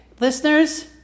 listeners